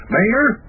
Mayor